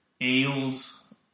Eels